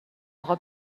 اقا